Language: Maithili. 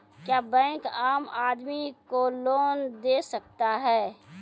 क्या बैंक आम आदमी को लोन दे सकता हैं?